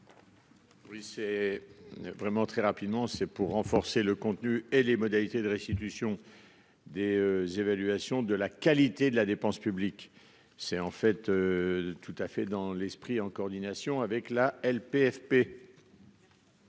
Oui c'est. Vraiment très rapidement c'est pour renforcer le contenu et les modalités de restitution des évaluations de la qualité de la dépense publique. C'est en fait. Tout à fait dans l'esprit en coordination avec la LPFP.--